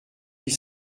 huit